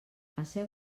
asseu